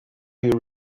you